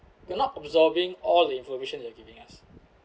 you're not absorbing all the information they're giving us